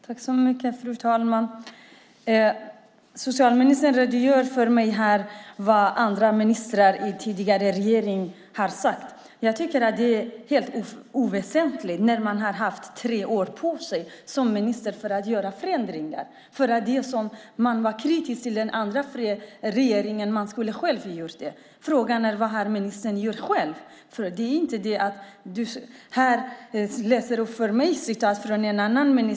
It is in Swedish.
Fru talman! Socialministern redogör för vad andra ministrar i tidigare regeringar har sagt. Jag tycker att det är helt oväsentligt. Socialministern har haft tre år på sig att göra förändringar. Man var kritisk till den förra regeringen, men frågan är vad ministern själv har gjort. Socialministern refererar vad andra ministrar har sagt.